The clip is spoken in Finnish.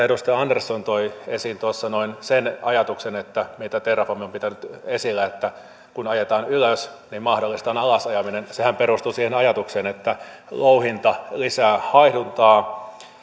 edustaja andersson toi esiin sen ajatuksen mitä terrafame on pitänyt esillä että kun ajetaan ylös niin mahdollista on alasajaminen sehän perustuu siihen ajatukseen että louhinta lisää haihduntaa